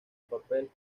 papel